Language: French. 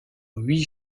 huit